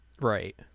right